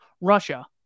Russia